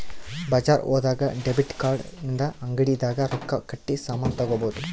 ಬಜಾರ್ ಹೋದಾಗ debit card ಇಂದ ಅಂಗಡಿ ದಾಗ ರೊಕ್ಕ ಕಟ್ಟಿ ಸಾಮನ್ ತಗೊಬೊದು